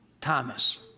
Thomas